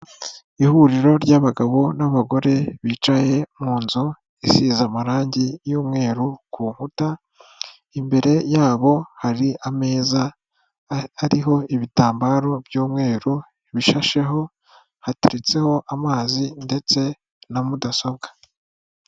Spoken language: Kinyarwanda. Ihuriro ry'abagabo n'abagore bicaye mu nzu isize amarangi y'umweru ku nkuta, imbere yabo hari ameza ariho ibitambaro by'umweru bishasheho, hateretseho amazi ndetse na mudasobwa.